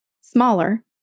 smaller